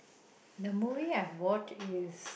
the movie I watch is